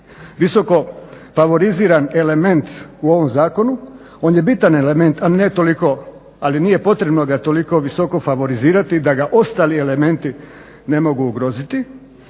visoko favoriziran element u ovom zakonu, on je bitan element ali nije potrebno ga toliko visoko favorizirati da ga ostali elementi ne mogu ugroziti.